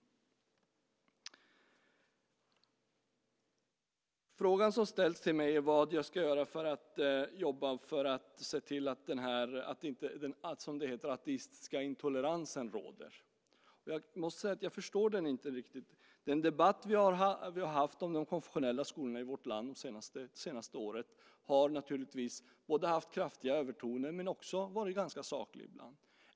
En fråga som ställs till mig är vad jag ska göra för att jobba för, se till, att inte, som det heter, den ateistiska intoleransen råder. Jag måste säga att jag inte riktigt förstår den frågan. Den debatt som vi under det senaste året haft om de konfessionella skolorna i vårt land har naturligtvis både haft kraftiga övertoner och ibland varit ganska saklig.